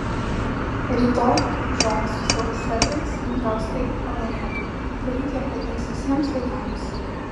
rytoj džonas su savo sėbrais gaus tai ko norėjo poryt jie pradings visiems laikams